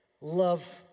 Love